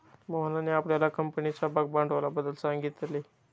मोहनने आपल्या कंपनीच्या भागभांडवलाबद्दल सांगितले